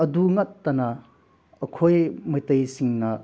ꯑꯗꯨ ꯅꯠꯇꯅ ꯑꯩꯈꯣꯏ ꯃꯩꯇꯩꯁꯤꯡꯅ